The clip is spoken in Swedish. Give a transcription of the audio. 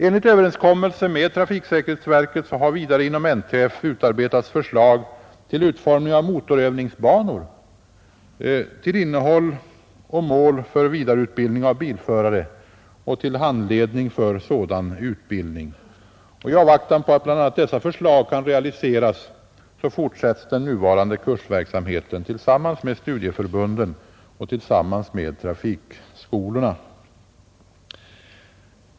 Efter överenskommelse med trafiksäkerhetsverket har man vidare inom NTF utarbetat förslag till utformning av motorövningsbanor, till innehåll och mål avseende vidareutbildning av bilförare och till handledning vid sådan utbildning. I avvaktan på att bl.a. dessa förslag kan realiseras fortsätter den nuvarande kursverksamheten tillsammans med studieförbunden och trafikskolorna.